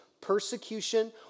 persecution